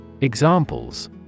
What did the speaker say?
Examples